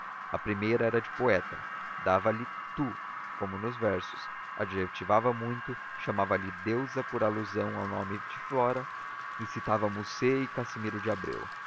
a primeira era de poeta dava-lhe tu como nos versos adjetivava muito chamava-lhe deusa por alusão ao nome de flora e citava musset e casimiro de abreu